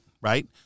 right